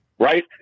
right